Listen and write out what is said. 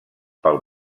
pel